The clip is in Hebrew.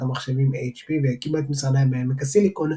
המחשבים HP והקימה את משרדיה בעמק הסיליקון,